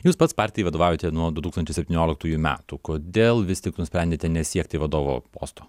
jūs pats partijai vadovaujate nuo du tūkstančiai septynioliktųjų metų kodėl vis tik nusprendėte nesiekti vadovo posto